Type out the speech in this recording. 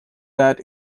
that